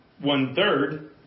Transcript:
One-third